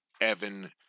Evan